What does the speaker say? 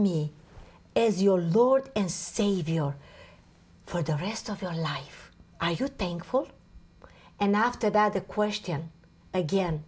me as your lord and savior for the rest of your life i have painful and after that the question again